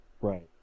Right